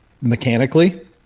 mechanically